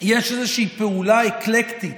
יש איזושהי פעולה אקלקטית,